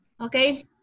Okay